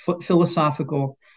philosophical